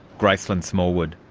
gracelyn smallwood.